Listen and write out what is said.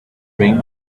ring